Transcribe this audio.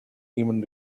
even